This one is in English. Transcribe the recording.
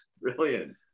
Brilliant